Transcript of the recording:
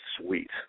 sweet